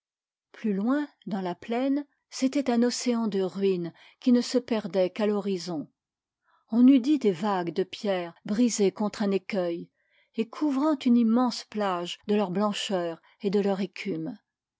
plus loin dans la plaine c'était un océan de ruines qui ne se perdait qu'à l'horizon on eût dit des vagues de pierre brisées contre un écueil et couvrant une immense plage de leur blancheur et de leur écume